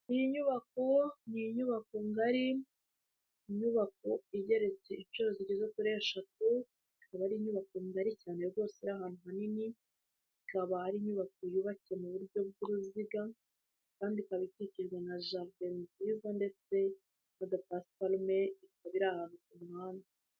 Iyi nyubako ni inyubako ngari, inyubako igererekeye inshuro zigeze kuri eshatu, ikaba ari inyubako ngari cyane rwose, iri ahantu hanini ikaba ari inyubako yubatswe mu buryo bw'uruziga kandi ikaba ikikijwe na jaride nziza ndetse n'agapasiparume ikaba iri ahantu ku muhanda.